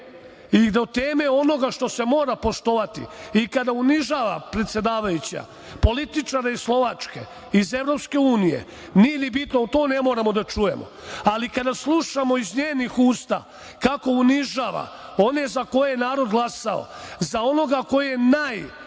i do teme onoga što se mora poštovati, i kada unižava predsedavajuća, političare iz Slovačke, iz EU, nije ni bitno, to ne moramo da čujemo, ali kada slušamo iz njenih usta kako unižava one za koje je narod glasao, za onoga koji je naj